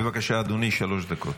בבקשה, אדוני, שלוש דקות.